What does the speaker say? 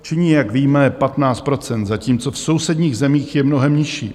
Činí, jak víme, 15 %, zatímco v sousedních zemích je mnohem nižší.